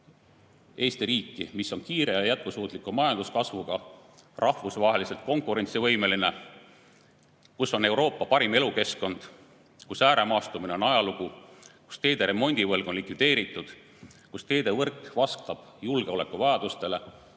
Eesti riiki, mis on kiire ja jätkusuutliku majanduskasvuga, rahvusvaheliselt konkurentsivõimeline, kus on Euroopa parim elukeskkond, kus ääremaastumine on ajalugu, kus teede remondi võlg on likvideeritud, kus teevõrk vastab julgeolekuvajadustele